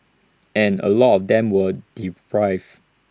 and A lot of them were deprived